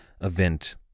event